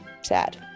sad